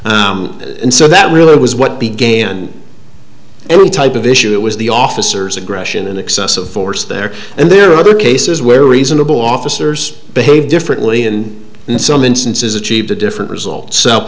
and so that really was what began every type of issue it was the officers aggression and excessive force there and there are other cases where reasonable officers behaved differently and in some instances achieved a different result